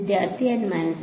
വിദ്യാർത്ഥി N 1